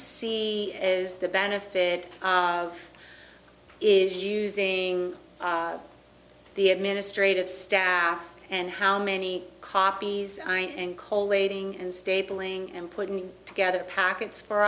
see is the benefit of is using the administrative staff and how many copies and call waiting and stapling and putting together packets for